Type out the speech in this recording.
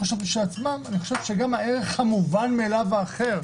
כך אני חושב שצריך לעגן גם את הערך המובן מאליו האחר,